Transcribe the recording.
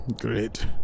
Great